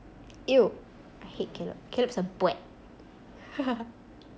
!eww! I hate caleb caleb's a